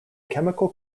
chemical